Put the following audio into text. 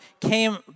came